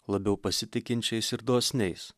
labiau pasitikinčiais ir dosniais